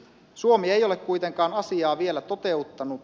suomi ei ole kuitenkaan asiaa vielä toteuttanut